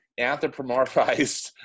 anthropomorphized